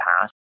past